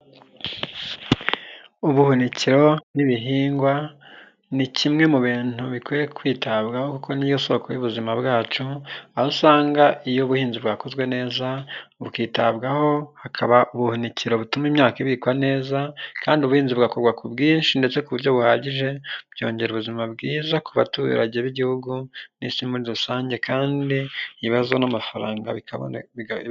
Ubuhunikero n'ibihingwa ni kimwe mu bintu bikwiye kwitabwaho kuko niyo soko y'ubuzima bwacu, aho usanga iyo ubuhinzi bwakozwe neza, bukitabwaho, hakaba buke butuma imyaka ibikwa neza kandi ubuhinzi bukorwa ku bwinshi ndetse ku buryo buhagije byongera ubuzima bwiza ku baturage b'igihugu n'isi muri rusange kandi ibibazo n'amafaranga.